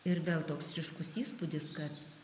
ir vėl toks ryškus įspūdis kad